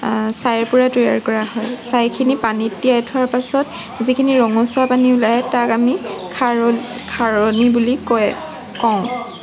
ছাঁইৰ পৰা তৈয়াৰ কৰা হয় ছাঁইখিনি পানীত তিয়াই থোৱাৰ পাছত যিখিনি ৰঙচুৱা পানী ওলায় তাক আমি খাৰলি খাৰণী বুলি কয় কওঁ